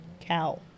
cow